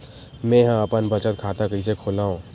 मेंहा अपन बचत खाता कइसे खोलव?